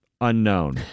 unknown